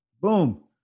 boom